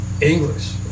English